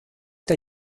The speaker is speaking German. der